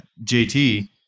JT